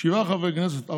שבעה חברי כנסת.